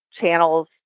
Channel's